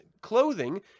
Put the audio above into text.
clothing